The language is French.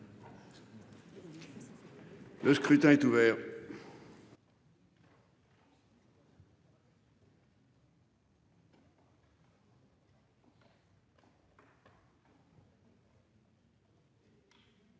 Le scrutin est ouvert.